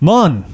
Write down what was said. Mon